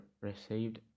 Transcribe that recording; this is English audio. received